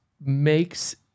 makes